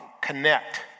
connect